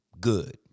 good